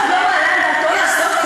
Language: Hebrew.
יש לך הזדמנות לשנות.